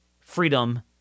freedom